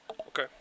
Okay